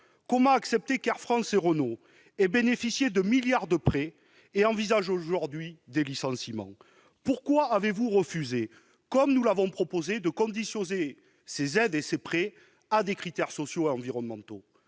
Comment accepter qu'Air France et Renault aient bénéficié de milliards de prêts et envisagent aujourd'hui des licenciements ? Pourquoi avez-vous refusé, comme nous l'avions proposé, de conditionner ces aides à des critères sociaux et environnementaux ?